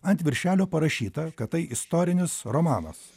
ant viršelio parašyta kad tai istorinis romanas